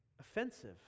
offensive